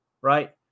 right